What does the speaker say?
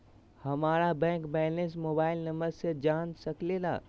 हमारा bank balance mobile number से जान सके ला?